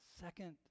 second